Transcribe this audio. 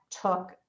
took